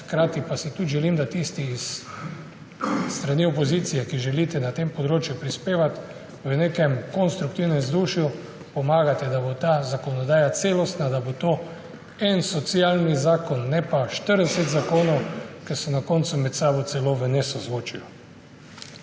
hkrati pa si tudi želim, da tisti s strani opozicije, ki želite na tem področju prispevati, v nekem konstruktivnem vzdušju pomagate, da bo ta zakonodaja celostna, da bo to en socialni zakon, ne pa 40 zakonov, ki so na koncu med sabo celo v nesozvočju.